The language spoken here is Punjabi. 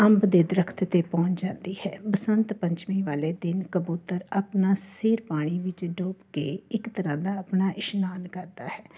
ਅੰਬ ਦੇ ਦਰਖ਼ਤ 'ਤੇ ਪਹੁੰਚ ਜਾਂਦੀ ਹੈ ਬਸੰਤ ਪੰਚਮੀ ਵਾਲੇ ਦਿਨ ਕਬੂਤਰ ਆਪਣਾ ਸਿਰ ਪਾਣੀ ਵਿੱਚ ਡੋਬ ਕੇ ਇੱਕ ਤਰ੍ਹਾਂ ਦਾ ਆਪਣਾ ਇਸ਼ਨਾਨ ਕਰਦਾ ਹੈ